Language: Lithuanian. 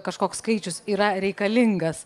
kažkoks skaičius yra reikalingas